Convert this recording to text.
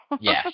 Yes